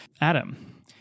adam